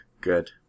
Good